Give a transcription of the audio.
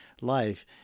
life